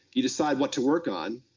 you decide what to work on.